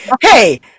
hey